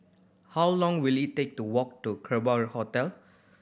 how long will it take to walk to Kerbau Hotel